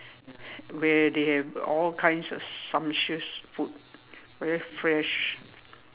where they have all kinds of sumptuous food very fresh